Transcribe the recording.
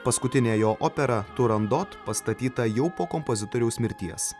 paskutinė jo opera turandot pastatyta jau po kompozitoriaus mirties